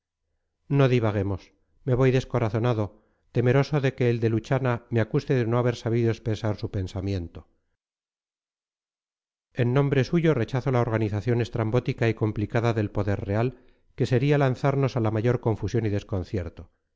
cobrar no divaguemos me voy descorazonado temeroso de que el de luchana me acuse de no haber sabido expresar su pensamiento en nombre suyo rechazo la organización estrambótica y complicada del poder real que sería lanzarnos a la mayor confusión y desconcierto